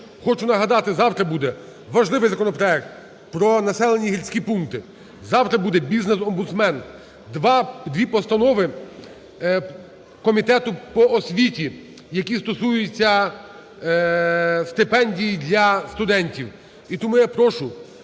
Хочу нагадати, завтра буде важливий законопроект про населені гірські пункти, завтра буде бізнес-омбудсмен, дві постанови комітету по освіті, які стосуються стипендій для студентів.